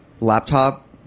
laptop